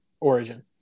origin